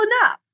enough